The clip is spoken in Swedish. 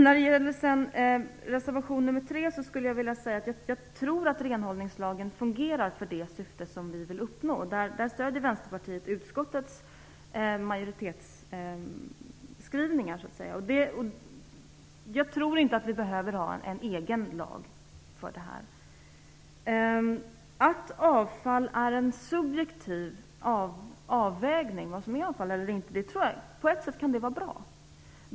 När det gäller reservation 3 vill jag säga att jag tror att renhållningslagen fungerar för det syfte vi har. I den frågan stöder Vänsterpartiet utskottsmajoritetens skrivningar. Jag tror inte att vi behöver ha en egen lag för detta. Vad som är avfall eller inte är en subjektiv avvägning, och på ett sätt kan det vara bra.